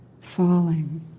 falling